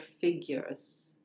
figures